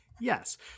Yes